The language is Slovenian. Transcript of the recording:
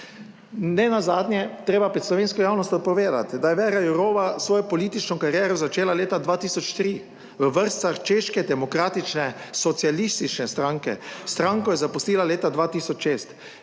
Ne nazadnje je treba pred slovensko javnostjo povedati, da je Věra Jourová svojo politično kariero začela leta 2003 v vrstah Češke demokratične socialistične stranke. Stranko je zapustila leta 2006.